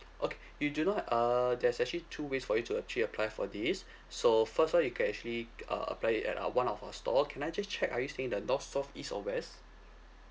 okay you do not uh there's actually two ways for you to actually apply for this so first [one] you can actually g~ uh apply it at uh one of our store can I just check are you staying in the north south east or west